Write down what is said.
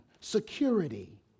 security